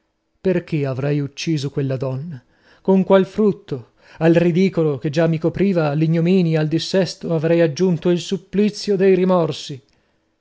perchè avrei ucciso quella donna con qual frutto al ridicolo che già mi copriva all'ignominia al dissesto avrei aggiunto il supplizio dei rimorsi